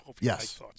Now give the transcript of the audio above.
Yes